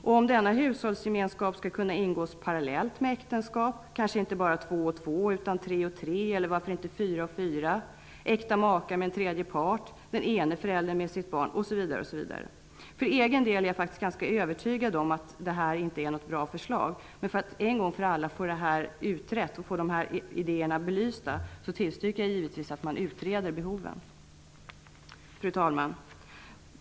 Skall denna hushållsgemenskap kunna ingås parallellt med äktenskap, kanske inte bara två och två, utan tre och tre, eller varför inte fyra och fyra, äkta makar med en tredje part eller den ene föräldern med sitt barn, osv.? För egen del är jag ganska övertygad om att det inte är något bra förslag. Men för att en gång för alla få dessa idéer belysta tillstyrker jag givetvis att behoven skall utredas. Fru talman!